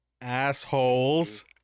assholes